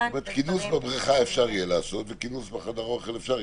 כינוס בבריכה יהיה אפשר לעשות וגם בחדר האוכל.